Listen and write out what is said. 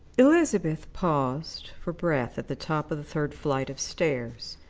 elizabeth paused for breath at the top of the third flight of stairs.